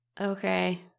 Okay